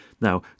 Now